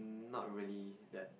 not really that